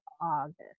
August